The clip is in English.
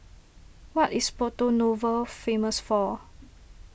what is Porto Novo famous for